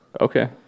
Okay